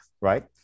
right